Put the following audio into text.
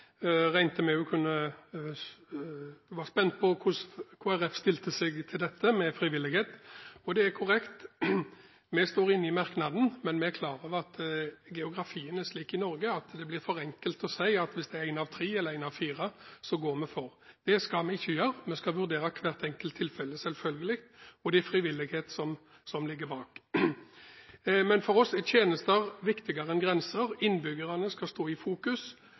var spent på hvordan Kristelig Folkeparti stilte seg til dette med frivillighet. Det er korrekt at vi står inne i merknaden, men vi er klar over at geografien er slik i Norge at det blir for enkelt å si: Hvis det er én av tre eller én av fire, så går vi for. Det skal vi ikke gjøre. Vi skal selvfølgelig vurdere hvert enkelt tilfelle, og den frivillighet som ligger bak. Men for oss er tjenester viktigere enn grenser. Innbyggerne skal stå i fokus,